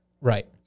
Right